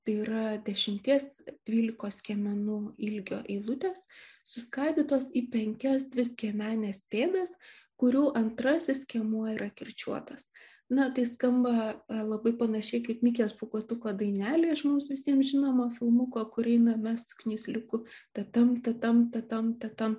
tai yra dešimties dvylikos skiemenų ilgio eilutės suskaidytos į penkias dviskiemenes pėdas kurių antrasis skiemuo yra kirčiuotas na tai skamba labai panašiai kaip mikės pūkuotuko dainelė iš mums visiems žinomo filmuko kur einam mes su knysliuku tatam tatamtatam tatam